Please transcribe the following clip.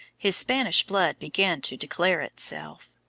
his spanish blood began to declare itself.